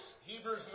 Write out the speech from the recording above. Hebrews